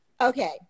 Okay